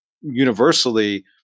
universally